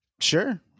Sure